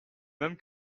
même